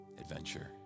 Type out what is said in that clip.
adventure